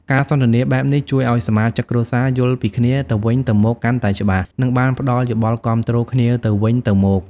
ការសន្ទនាបែបនេះ ជួយឲ្យសមាជិកគ្រួសារយល់ពីគ្នាទៅវិញទៅមកកាន់តែច្បាស់ និងបានផ្តល់យោបល់គាំទ្រគ្នាទៅវិញទៅមក។